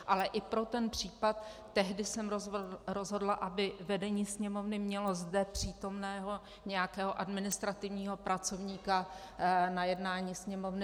Ale i pro ten případ tehdy jsem rozhodla, aby vedení Sněmovny mělo zde přítomného nějakého administrativního pracovníka na jednání Sněmovny.